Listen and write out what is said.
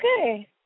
okay